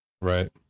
Right